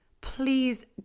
Please